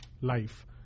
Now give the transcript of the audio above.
life